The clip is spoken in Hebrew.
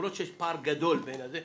למרות שיש פער גדול בין המקרים.